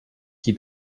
qui